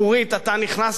אתה נכנסת אליו,